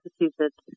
Massachusetts